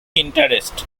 interest